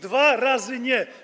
Dwa razy nie.